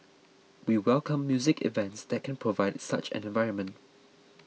we welcome music events that can provide such an environment